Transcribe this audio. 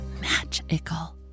magical